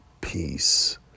peace